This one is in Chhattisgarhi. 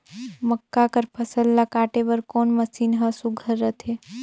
मक्का कर फसल ला काटे बर कोन मशीन ह सुघ्घर रथे?